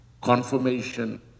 confirmation